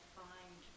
find